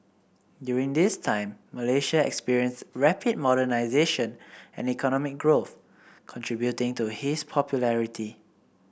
during this time Malaysia experienced rapid modernisation and economic growth contributing to his popularity